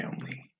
family